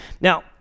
Now